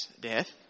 death